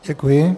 Děkuji.